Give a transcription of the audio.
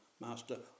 master